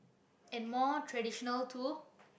and more traditional too